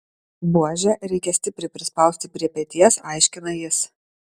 buožę reikia stipriai prispausti prie peties aiškina jis